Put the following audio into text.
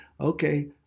okay